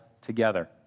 together